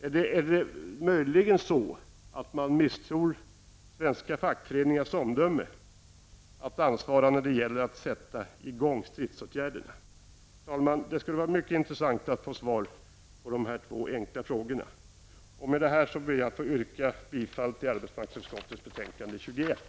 Eller är det möjligt så att man misstror svenska fackföreningars omdöme och ansvar när det gäller att sätta i gång stridsåtgärder? Herr talman! Det skulle vara mycket intressant att få svar på dessa två enkla frågor. Med detta ber jag att få yrka bifall till hemställan i arbetsmarknadsutskottets betänkande AU21.